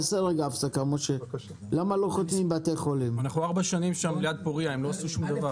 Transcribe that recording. למה בתי החולים לא חותמים?